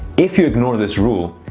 if you ignore this rule,